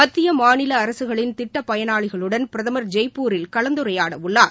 மத்திய மாநில அரசுகளின் திட்டப் பயனாளிகளுடன் பிரதம் ஜெய்ப்பூரில் கலந்துரையாட உள்ளார்